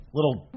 little